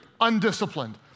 undisciplined